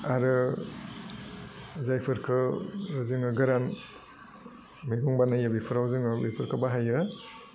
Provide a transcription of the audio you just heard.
आरो जायफोरखौ जोङो गोरान मैगं बानायो बेफोराव जोङो बेफोरखौ बाहाइयो